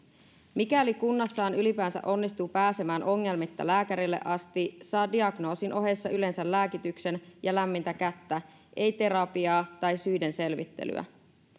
mikäli kunnassaan ylipäänsä onnistuu pääsemään ongelmitta lääkärille asti saa diagnoosin ohessa yleensä lääkityksen ja lämmintä kättä ei terapiaa tai syiden selvittelyä